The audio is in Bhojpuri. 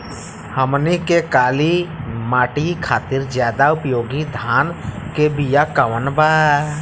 हमनी के काली माटी खातिर ज्यादा उपयोगी धान के बिया कवन बा?